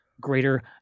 greater